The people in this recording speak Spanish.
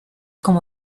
como